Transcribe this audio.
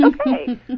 okay